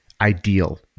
ideal